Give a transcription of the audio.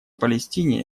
палестине